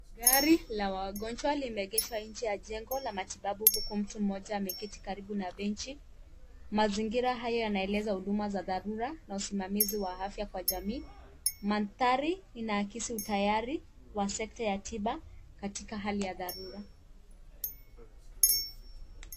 Gari la wagonjwa limeegeshwa nje ya jengo la matibabu huku mtu mmoja ameketi karibu na benchi. Mazingira haya yanaeleza huduma ya dharura na usimamizi wa afya kwa jamii. Mandhari inaakisi utayari wa sekta ya tiba katika hali ya dharura.